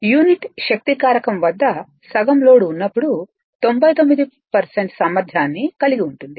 unit శక్తి కారకం వద్ద సగం లోడ్ ఉన్నప్పుడు 99 సామర్థ్యాన్ని కలిగి ఉంటుంది